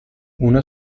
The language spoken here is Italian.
una